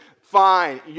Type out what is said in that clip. fine